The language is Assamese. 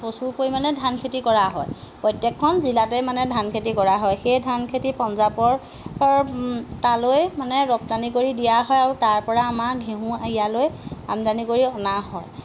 প্ৰচুৰ পৰিমাণে ধান খেতি কৰা হয় প্ৰত্যেকখন জিলাতে মানে ধান খেতি কৰা হয় সেই ধান খেতি পঞ্জাৱৰ তালৈ মানে ৰপ্তানি কৰি দিয়া হয় আৰু তাৰ পৰা আমাৰ ঘেহু এয়ালৈ আমদানি কৰি অনা হয়